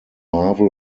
marvel